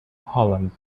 holland